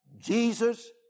Jesus